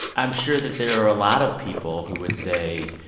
i'm sure that there are a lot of people who would say,